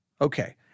Okay